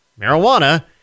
marijuana